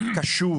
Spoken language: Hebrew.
קשוב